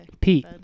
Pete